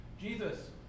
Jesus